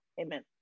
Amen